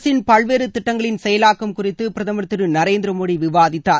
அரசின் பல்வேறு திட்டங்களின் செயலாக்கம் குறித்து பிரதமர் திரு நரேந்திர மோடி விவாதித்தார்